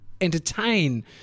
entertain